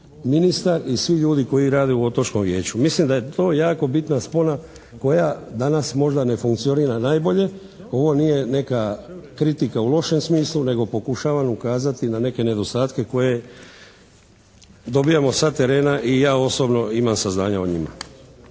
ministar i svi ljudi koji rade u Otočkom vijeću. Mislim da je to jako bitna spona koja danas možda ne funkcionira najbolje. Ovo nije neka kritika u lošem smislu nego pokušavam ukazati na neke nedostatke koje dobijamo sa terena i ja osobno imam saznanja o njima.